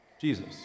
Jesus